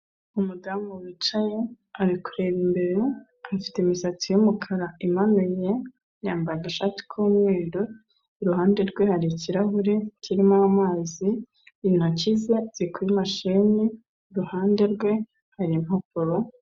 Umudamu wicaye ari kureba imbere, afite imisatsi y'umukara imanuye, yambaye agashati k'umweru, iruhande rwe hari ikirahure kirimo amazi, intoki ze ziri kuri mashine, iruhande rwe hari impapuro.